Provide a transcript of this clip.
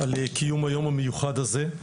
על קיום היום המיוחד הזה,